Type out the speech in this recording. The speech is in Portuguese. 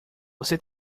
você